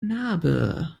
narbe